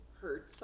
hurt